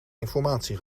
informatie